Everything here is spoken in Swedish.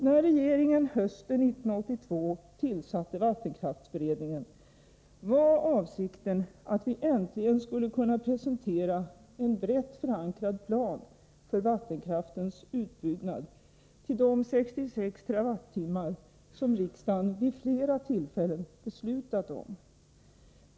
När regeringen hösten 1982 tillsatte vattenkraftsberedningen var avsikten att vi äntligen skulle kunna presentera en brett förankrad plan för vattenkraftens utbyggnad till de 66 TWh som riksdagen vid flera tillfällen beslutat om.